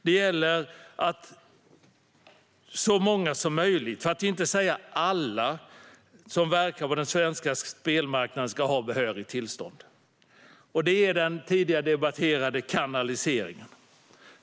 Det gäller att så många som möjligt, för att inte säga alla, som verkar på den svenska spelmarknaden ska ha behörigt tillstånd. Det är den tidigare debatterade kanaliseringen.